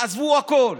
עזבו הכול.